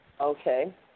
Okay